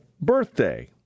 birthday